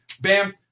bam